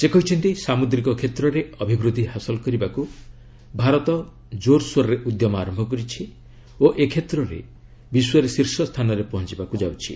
ସେ କହିଛନ୍ତି ସାମୁଦ୍ରିକ କ୍ଷେତ୍ରରେ ଅଭିବୃଦ୍ଧି ହାସଲ କରିବାକୁ ଭାରତ ଜୋର୍ସୋରରେ ଉଦ୍ୟମ ଆରମ୍ଭ କରିଛି ଓ ଏ କ୍ଷେତ୍ରରେ ବିଶ୍ୱରେ ଶୀର୍ଷ ସ୍ଥାନରେ ପହଞ୍ଚିବାକୁ ଯାଉଛି